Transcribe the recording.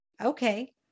okay